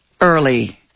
early